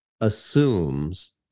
assumes